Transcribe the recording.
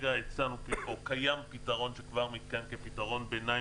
קיים פתרון שכבר מתקיים כפתרון ביניים.